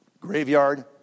Graveyard